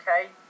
Okay